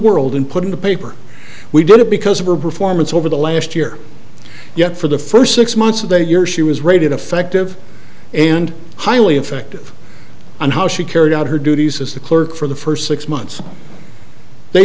world and put in the paper we did it because of her performance over the last year yet for the first six months of a year she was rated affective and highly effective and how she carried out her duties as the clerk for the first six months they